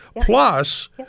Plus